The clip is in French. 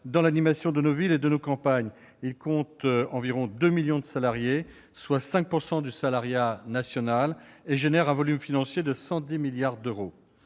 dans l'animation de nos villes et de nos campagnes. Il compte environ 2 millions de salariés, soit 5 % du salariat national, pour un volume financier de 110 milliards d'euros.